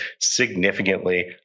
significantly